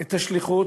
את השליחות,